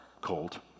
cold